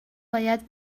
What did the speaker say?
باید